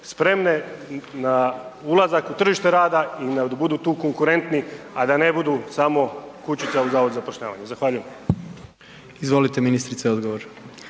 spremne na ulazak u tržište rada i da budu tu konkurentni, a da ne budu samo kućica u Zavodu za zapošljavanje. Zahvaljujem. **Jandroković,